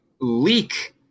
leak